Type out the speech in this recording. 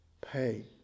pay